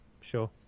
sure